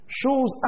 shows